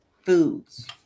foods